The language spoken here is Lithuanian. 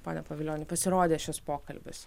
pone pavilioni pasirodė šis pokalbis